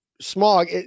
smog